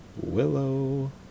Willow